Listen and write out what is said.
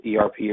ERP